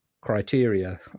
criteria